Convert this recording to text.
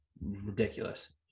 ridiculous